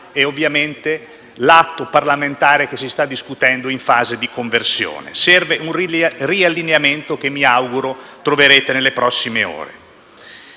mesi fa e l'atto parlamentare che si sta discutendo in fase di conversione. Serve un riallineamento che mi auguro troverete nelle prossime ore.